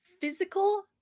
physical